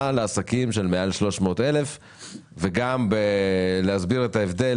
לעסקים של מעל 300,000 שקלים וגם יסביר את ההבדל